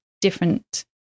different